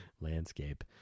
landscape